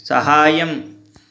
सहायम्